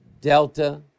Delta